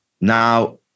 Now